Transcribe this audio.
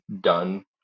done